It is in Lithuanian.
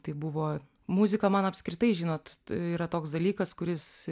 tai buvo muzika man apskritai žinot yra toks dalykas kuris